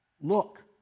look